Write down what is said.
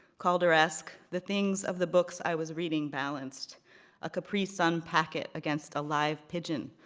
calder-esque, the things of the books i was reading balanced a capri sun packet against a live pigeon,